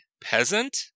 peasant